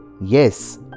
Yes